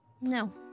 No